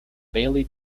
bailey